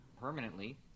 permanently